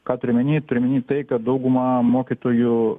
ką turiu omeny turiu omeny tai kad dauguma mokytojų